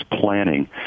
planning